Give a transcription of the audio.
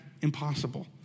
impossible